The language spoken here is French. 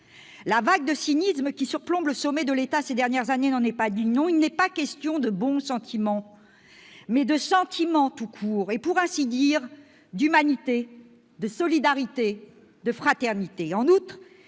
La vague de cynisme qui surplombe le sommet de l'État ces dernières semaines n'en est pas digne. Non, il n'est pas question de « bons sentiments », mais il est question de sentiments tout court, et pour ainsi dire d'humanité, de solidarité, de fraternité.